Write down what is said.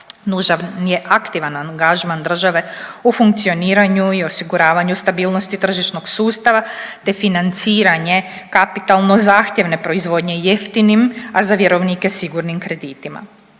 Nužan je aktivan angažman države u funkcioniranju i osiguravanju stabilnosti tržišnog sustava te financiranje kapitalno zahtjevne proizvodnje jeftinim, a za vjerovnike sigurnim kreditima.